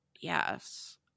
Yes